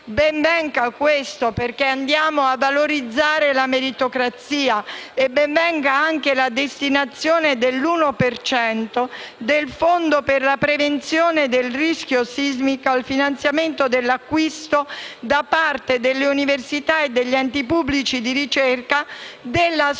Ben venga questo, perché andiamo a valorizzare la meritocrazia. E ben venga anche la destinazione dell'uno per cento del fondo per la prevenzione del rischio sismico al finanziamento dell'acquisto, da parte delle università e degli enti pubblici di ricerca, della